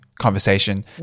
conversation